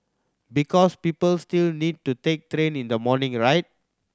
because people still need to take train in the morning right